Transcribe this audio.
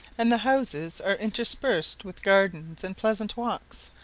and the houses are interspersed with gardens and pleasant walks,